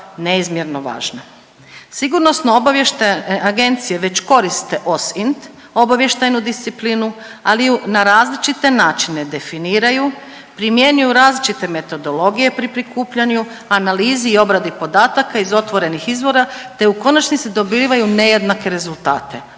neizmjerno važna. SOA već koriste OSINT, obavještajnu disciplinu, ali na različite načine definiraju, primjenjuju različite metodologije pri prikupljanju, analizi i obradi podataka iz otvorenih izvora, te u konačnici dobivaju nejednake rezultate,